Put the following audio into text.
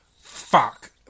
fuck